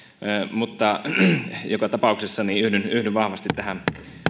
joka tapauksessa yhdyn yhdyn vahvasti tähän